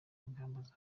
ingamba